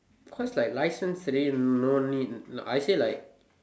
cause like license already no need I say like